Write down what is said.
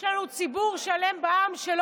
זה הרעש של ביטן, הפינה שם.